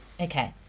okay